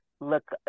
look